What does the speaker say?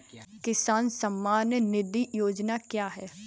किसान सम्मान निधि योजना क्या है?